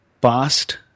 past